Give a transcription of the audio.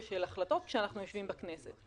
של החלטות" כשאנחנו יושבים בכנסת,